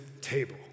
table